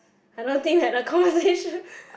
I don't think we are the close